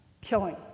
killing